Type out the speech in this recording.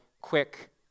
quick